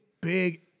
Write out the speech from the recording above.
big